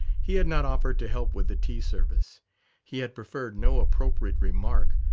he had not offered to help with the tea-service he had preferred no appropriate remark,